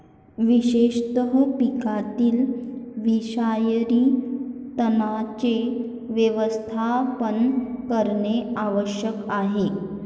विशेषतः पिकातील विषारी तणांचे व्यवस्थापन करणे आवश्यक आहे